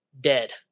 dead